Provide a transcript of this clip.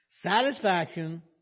Satisfaction